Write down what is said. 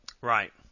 Right